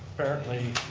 apparently,